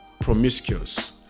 promiscuous